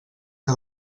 que